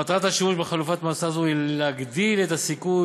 מטרת השימוש בחלופת מאסר זו היא להגדיל את הסיכוי